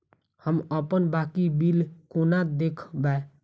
हम अप्पन बाकी बिल कोना देखबै?